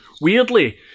weirdly